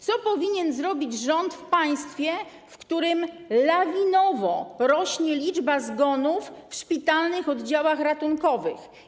Co powinien zrobić rząd w państwie, w którym lawinowo rośnie liczba zgonów w szpitalnych oddziałach ratunkowych?